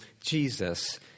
Jesus